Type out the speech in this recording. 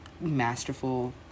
masterful